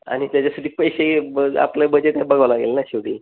आणि त्याच्यासाठी पैसे ब आपलं बजेट काय बघावं लागेल ना शेवटी